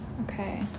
Okay